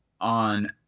on